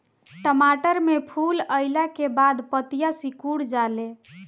टमाटर में फूल अईला के बाद पतईया सुकुर जाले?